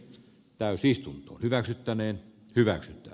täysistunto hyväksyttäneen hyväksytty